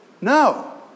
no